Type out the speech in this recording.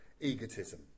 egotism